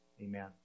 Amen